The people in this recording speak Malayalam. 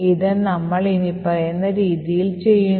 ഇത് നമ്മൾ ഇനിപ്പറയുന്ന രീതിയിൽ ചെയ്യുന്നു